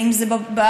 אם זה פרות,